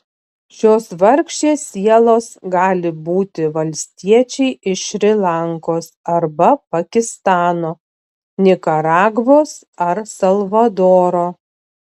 šios vargšės sielos gali būti valstiečiai iš šri lankos arba pakistano nikaragvos ar salvadoro